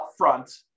upfront